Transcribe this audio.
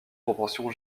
proportions